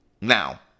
Now